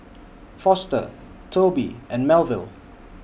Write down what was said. Foster Tobi and Melville